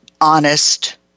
honest